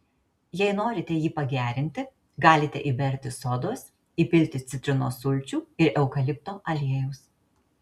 jei norite jį pagerinti galite įberti sodos įpilti citrinos sulčių ir eukalipto aliejaus